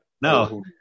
No